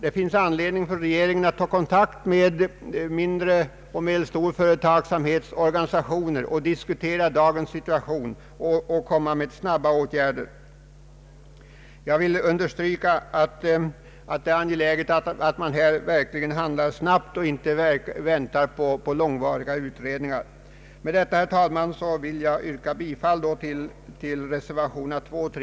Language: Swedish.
Det finns anledning för regeringen att ta kontakt med den mindre och medelstora företagsamhetens organisationer för att diskutera dagens situation och föreslå snabba åtgärder. Jag vill understryka att det är angeläget att man här verkligen handlar snabbt och inte väntar på långvariga utredningar.